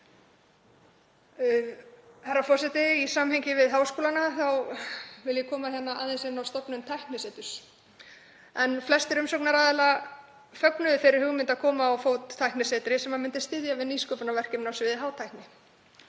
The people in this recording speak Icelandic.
Herra forseti. Í samhengi við háskólana vil ég koma aðeins inn á stofnun tækniseturs. Flestir umsagnaraðila fögnuðu þeirri hugmynd að koma á fót tæknisetri sem myndi styðja við nýsköpunarverkefni á sviði hátækni.